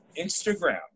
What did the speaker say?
instagram